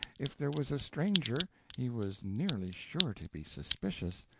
if there was a stranger he was nearly sure to be suspicious,